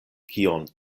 kion